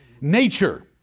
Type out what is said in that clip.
Nature